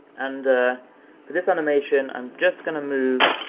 and for this animation, i'm just gonna move,